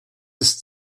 ist